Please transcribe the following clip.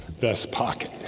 best pocket